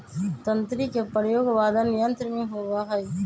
तंत्री के प्रयोग वादन यंत्र में होबा हई